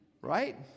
right